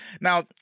Now